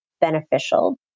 beneficial